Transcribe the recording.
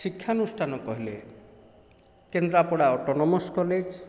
ଶିକ୍ଷା ଅନୁଷ୍ଠାନ କହିଲେ କେନ୍ଦ୍ରାପଡ଼ା ଅଟୋନୋମାନ୍ସ କଲେଜ୍